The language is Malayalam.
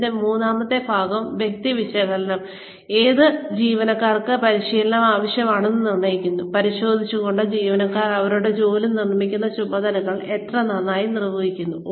ഇതിന്റെ മൂന്നാമത്തെ ഭാഗം വ്യക്തി വിശകലനം ആണ് അത് ജീവനക്കാർ അവരുടെ ജോലികൾ നിർമ്മിക്കുന്ന ചുമതലകൾ എത്ര നന്നായി നിർവഹിക്കുന്നു എന്ന് പരിശോധിച്ചുകൊണ്ട് ഏത് ജീവനക്കാർക്കാണ് പരിശീലനം ആവശ്യമെന്നത് നിർണ്ണയിക്കുന്നു